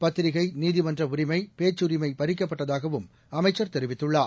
பத்திரிகை நீதிமன்ற உரிமை பேச்சுரிமை பறிக்கப்பட்டதாகவும் அமைச்சர் தெரிவித்துள்ளார்